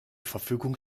verfügung